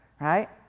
right